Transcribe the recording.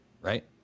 right